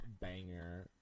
banger